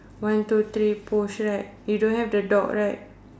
one two three push right you don't have the dog right